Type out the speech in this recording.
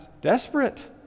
desperate